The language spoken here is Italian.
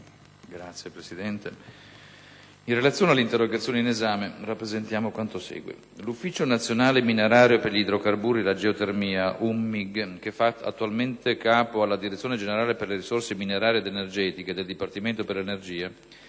Signor Presidente, in relazione all'interrogazione in esame, si rappresenta quanto segue. L'Ufficio nazionale minerario per gli idrocarburi e la geotermia (UNMIG), che fa capo attualmente alla Direzione generale per le risorse minerarie ed energetiche del Dipartimento per l'energia,